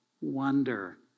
wonder